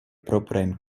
proprajn